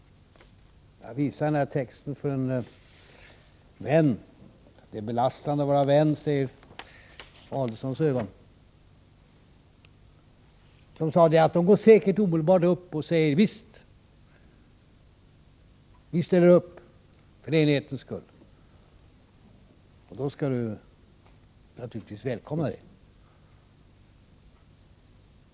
Jag visade den här texten för en vän — i Ulf Adelsohns ögon är det här ju belastande med tanke på våra vänner. Min vän sade att de säkert går upp omedelbart och säger: Visst, vi ställer upp för enighetens skull. Och då skall det naturligtvis välkomnas.